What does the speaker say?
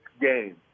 game